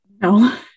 No